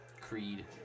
Creed